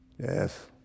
Yes